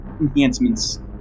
enhancements